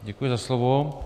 Děkuji za slovo.